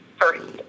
first